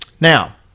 Now